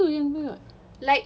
kan bila tu yang dia nak